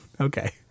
Okay